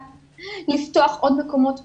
לפתוח עוד מקומות פתוחים,